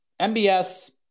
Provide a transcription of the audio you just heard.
MBS